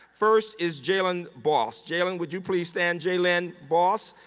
first is jaelyn bos. jaelyn, would you please stand? jaelyn bos,